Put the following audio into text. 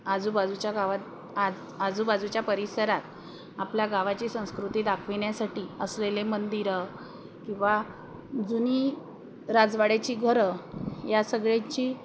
आजूबाजूच्या गावात आज आजूबाजूच्या परिसरात आपल्या गावाची संस्कृती दाखविण्यासाठी असलेले मंदिरं किंवा जुनी राजवाड्याची घरं या सगळ्याची